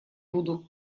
буду